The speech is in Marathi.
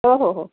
हो हो हो